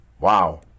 wow